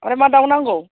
आमफ्राय मा दाव नांगौ